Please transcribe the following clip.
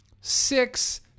six